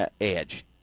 edge